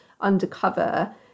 undercover